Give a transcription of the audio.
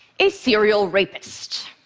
a serial rapist.